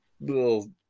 little